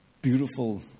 Beautiful